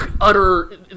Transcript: utter